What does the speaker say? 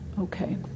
Okay